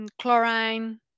chlorine